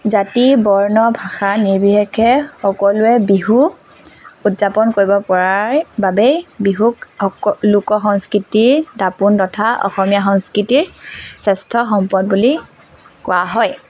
জাতি বৰ্ণ ভাষা নিৰ্বিশেষে সকলোৱে বিহু উদযাপন কৰিব পৰাই বাবেই বিহুক অক লোক সংস্কৃতিৰ দাপোণ তথা অসমীয়া সংস্কৃতিৰ শ্ৰেষ্ঠ সম্পদ বুলি কোৱা হয়